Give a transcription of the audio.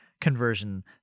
conversion